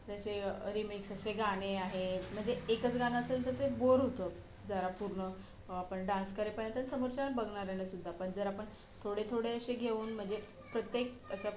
जसे रिमिक्स असे गाणे आहेत म्हणजे एकच गाणं असेल तर ते बोर होतं जरा पूर्ण पण डान्स करेपर्यंत समोरच्याला बघणाऱ्यालासुद्धा पण जरा पण थोडे थोडे असे घेऊन म्हणजे प्रत्येक